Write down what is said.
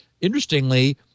interestingly